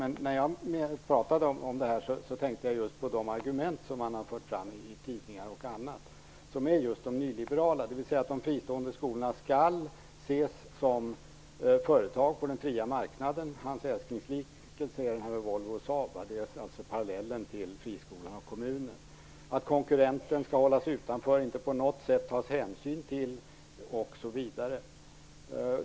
Men när jag talade om detta tänkte jag på de argument som han har fört fram i tidningar och annat och som är nyliberala, dvs. att de fristående skolorna skall ses som företag på den fria marknaden. Hans älsklingsliknelse är den som gäller Volvo och Saab, alltså parallellen till friskolorna och kommunerna. Den innebär att konkurrenten skall hållas utanför och att det inte på något sätt skall tas hänsyn till konkurrenten.